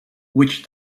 which